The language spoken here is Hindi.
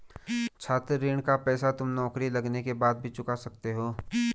छात्र ऋण का पैसा तुम नौकरी लगने के बाद भी चुका सकते हो